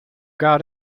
got